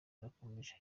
irakomeje